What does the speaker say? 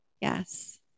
Yes